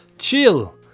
Chill